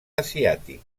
asiàtic